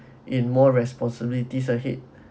in more responsibilities ahead